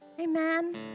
amen